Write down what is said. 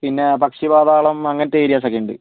പിന്നെ പക്ഷി പാതാളം അങ്ങനത്തെ ഏരിയാസൊക്കെയുണ്ട്